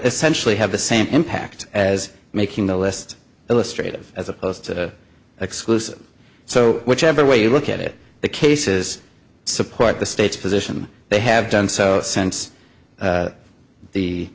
essentially have the same impact as making the list illustrated as opposed to exclusive so whichever way you look at it the cases support the state's position they have done so since